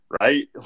Right